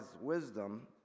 wisdom